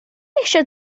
eisiau